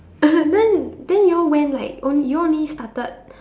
then then you all went like on~ you all only started